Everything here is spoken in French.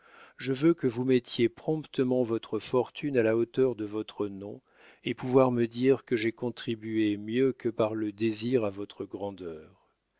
je veux que vous mettiez promptement votre fortune à la hauteur de votre nom et pouvoir me dire que j'ai contribué mieux que par le désir à votre grandeur